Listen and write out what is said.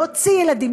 להוציא ילדים,